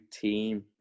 team